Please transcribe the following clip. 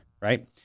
right